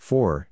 Four